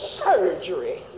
surgery